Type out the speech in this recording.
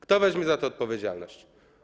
Kto weźmie za to odpowiedzialność?